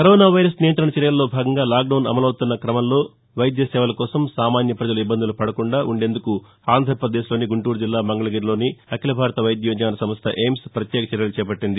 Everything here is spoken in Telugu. కరోనా వైరస్ నియంత్రణ చర్యల్లో భాగంగా లాక్ డౌన్ అమలువుతున్న క్రమంలో వైద్య సేవల కోసం సామాన్య ప్రజలు ఇబ్బందులు పడకుండా ఉండేందుకు ఆంధ్రప్రదేశ్లోని గుంటూరు జిల్లా మంగళగిరిలో గల అఖిల భారత వైద్య విజ్ఞాన సంస్థ ఎయిమ్స్ పత్యేక చర్యలు చేపట్లింది